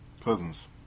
Cousins